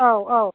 औ